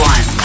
One